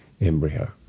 embryo